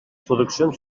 produccions